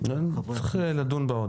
נדון בה עוד.